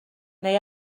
neu